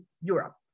Europe